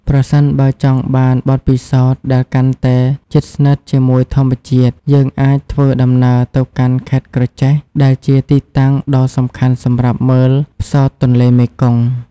ប្រសិនបើចង់បានបទពិសោធន៍ដែលកាន់តែជិតស្និទ្ធជាមួយធម្មជាតិ យើងអាចធ្វើដំណើរទៅកាន់ ខេត្តក្រចេះ ដែលជាទីតាំងដ៏សំខាន់សម្រាប់មើល ផ្សោតទន្លេមេគង្គ។